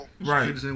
Right